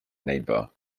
neighbour